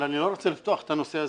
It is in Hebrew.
אני לא רוצה לפתוח את הנושא הזה.